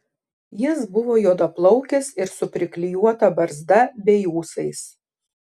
jis buvo juodaplaukis ir su priklijuota barzda bei ūsais